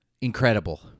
incredible